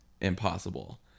impossible